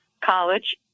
college